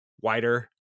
wider